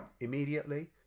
immediately